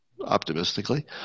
optimistically